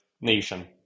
nation